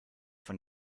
von